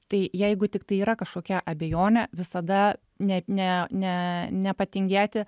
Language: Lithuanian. tai jeigu tik tai yra kažkokia abejonė visada ne ne ne nepatingėti